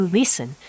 listen